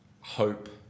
hope